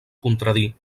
contradir